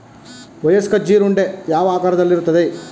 ವಯಸ್ಕ ಜೀರುಂಡೆ ಯಾವ ಆಕಾರದಲ್ಲಿರುತ್ತದೆ?